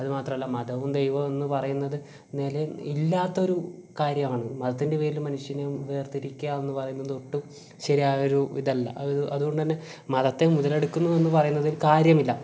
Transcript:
അതുമാത്രല്ല മതവും ദൈവവും എന്ന് പറയുന്നത് നിലയും ഇല്ലാത്തൊരു കാര്യമാണ് മതത്തിൻ്റെ പേരിൽ മനുഷ്യനെ വേർതിരിക്കാന്ന് പറയുന്നതും ഒട്ടും ശരിയായ ഒരു ഇതല്ല അതുകൊണ്ട് തന്നെ മതത്തെ മുതലെടുക്കുന്നു എന്ന് പറയുന്നതിൽ കാര്യമില്ല